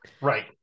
right